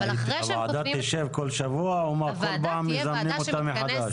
הוועדה תשב כל שבוע או כל פעם מזמנים אותה מחדש?